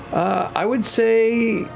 i would say,